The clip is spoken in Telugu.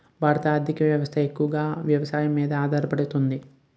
భారత ఆర్థిక వ్యవస్థ ఎక్కువగా వ్యవసాయం మీద ఆధారపడుతుంది